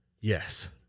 Yes